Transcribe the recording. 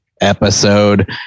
episode